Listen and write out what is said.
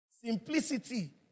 Simplicity